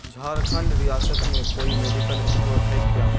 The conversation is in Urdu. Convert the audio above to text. جھارکھنڈ ریاست میں کوئی میڈیکل اسٹور ہے کیا